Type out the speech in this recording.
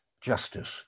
justice